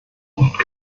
oft